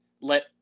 let –